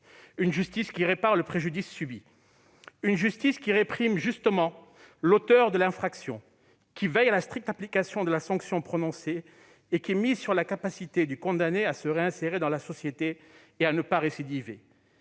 mais aussi réparer le préjudice. Elle doit réprimer justement l'auteur de l'infraction, veiller à la stricte application de la sanction prononcée et miser sur la capacité du condamné à se réinsérer dans la société, sans récidiver.